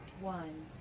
one